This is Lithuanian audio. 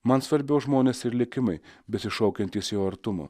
man svarbiau žmonės ir likimai besišaukiantys jo artumo